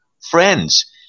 friends